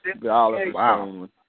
Wow